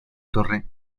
torre